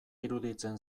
iruditzen